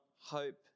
hope